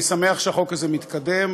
אני שמח שהחוק הזה מתקדם.